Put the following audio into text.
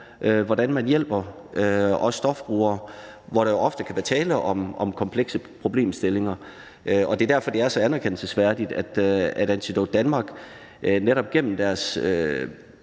hvordan man hjælper stofbrugere, hvor der jo ofte kan være tale om komplekse problemstillinger. Det er derfor, at det er så anerkendelsesværdigt, at Antidote Danmark netop gennem deres